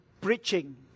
preaching